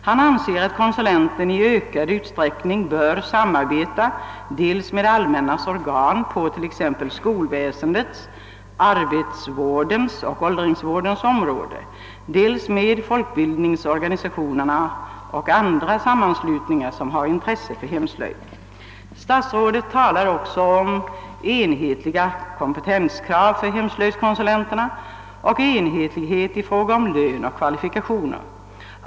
Han anser att konsulenten i ökad utsträckning bör samarbeta dels med det allmännas organ på t.ex. skolväsendets, arbetsvårdens och åldringsvårdens område, dels med folkbildningsorganisationerna och andra sammanslutningar som har intresse för hemslöjd. Statsrådet talar också om enhetliga kompetenskrav för hemslöjdskonsulenterna och enhetlighet i fråga om lön och kvalifikationer.